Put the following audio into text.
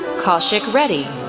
kaushik reddy,